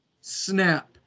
snap